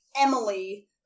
Emily